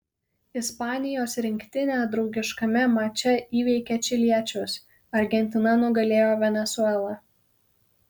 ispanijos rinktinė draugiškame mače įveikė čiliečius argentina nugalėjo venesuelą